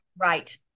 Right